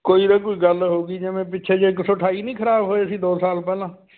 ਕੋਈ ਨਾ ਕੋਈ ਗੱਲ ਹੋ ਗਈ ਜਿਵੇਂ ਪਿੱਛੇ ਜਿਹੇ ਇੱਕ ਸੌ ਅਠਾਈ ਨਹੀਂ ਖਰਾਬ ਹੋਏ ਸੀ ਦੋ ਸਾਲ ਪਹਿਲਾਂ